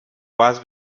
vas